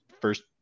first